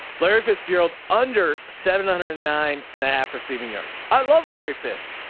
larry fitzgerald under seven hundred and nine and a half receiving yards. i love larry fitz.